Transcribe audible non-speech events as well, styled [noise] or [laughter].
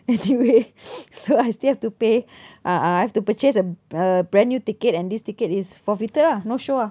anyway [noise] so I still have to pay ah I have to purchase a a brand new ticket and this ticket is forfeited ah no show ah